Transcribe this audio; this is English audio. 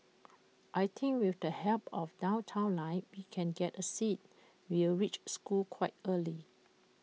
I think with the help of downtown line we can get A seat we'll reach school quite early